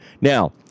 Now